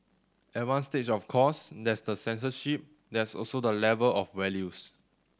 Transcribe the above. at one stage of course there's the censorship there's also the level of values